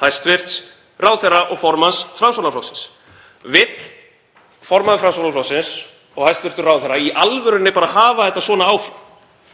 hæstv. ráðherra og formanns Framsóknarflokksins. Vill formaður Framsóknarflokksins og hæstv. ráðherra í alvörunni bara hafa þetta svona áfram?